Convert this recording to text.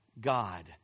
God